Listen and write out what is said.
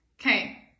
Okay